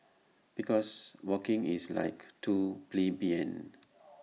because walking is like too plebeian